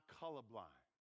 colorblind